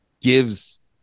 gives